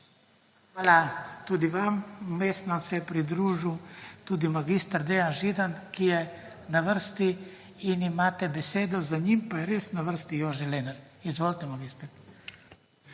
Hvala tudi vam. Vmes se nam je pridružil tudi mag. Dejan Židan, ki je na vrsti in imate besedo. Za njim pa je res na vrsti Jože Lenart. Izvolite magister.